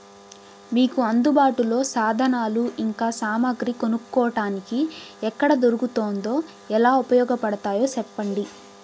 మీకు అందుబాటులో సాధనాలు ఇంకా సామగ్రి కొనుక్కోటానికి ఎక్కడ దొరుకుతుందో ఎలా ఉపయోగపడుతాయో సెప్పండి?